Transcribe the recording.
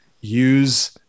use